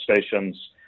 stations